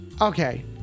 Okay